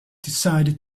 decided